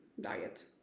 diet